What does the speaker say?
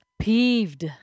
peeved